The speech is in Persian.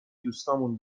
دوستامون